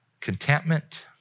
contentment